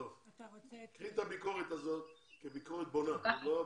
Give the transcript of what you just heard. קחי את הביקורת הזאת כביקורת בונה.